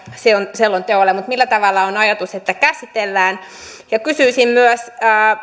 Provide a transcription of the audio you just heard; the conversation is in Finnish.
selonteolle mutta millä tavalla on ajatus että se käsitellään kysyisin myös